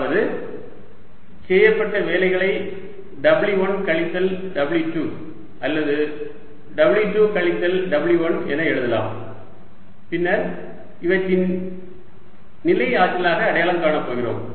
அதாவது செய்யப்பட்ட வேலைகளை W1 கழித்தல் W2 அல்லது W2 கழித்தல் W1 என எழுதலாம் பின்னர் இவற்றை நிலை ஆற்றலாக அடையாளம் காணப் போகிறோம்